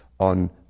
on